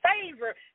favor